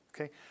okay